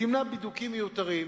ימנע בידוקים מיותרים.